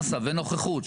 מסה ונוכחות,